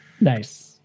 Nice